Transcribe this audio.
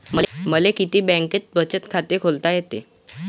मले किती बँकेत बचत खात खोलता येते?